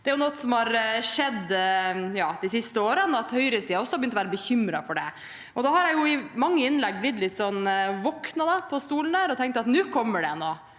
Det er noe som har skjedd de siste årene – at høyresiden også har begynt være bekymret for det. Da har jeg i mange innlegg våknet litt på stolen der og tenkt at nå kommer det